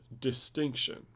distinction